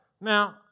Now